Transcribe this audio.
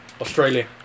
australia